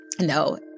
no